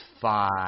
five